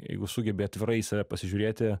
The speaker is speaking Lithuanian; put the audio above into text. jeigu sugebi atvirai į save pasižiūrėti